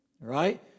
right